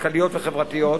כלכליות וחברתיות.